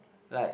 like